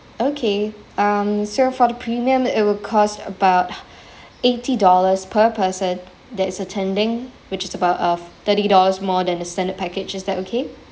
okay um so for the premium it will cost about eighty dollars per person that is attending which is about uh thirty dollars more than a standard package is that okay